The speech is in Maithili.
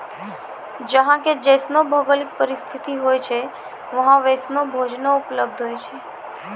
जहां के जैसनो भौगोलिक परिस्थिति होय छै वहां वैसनो भोजनो उपलब्ध होय छै